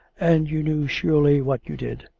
and you knew surely what you did.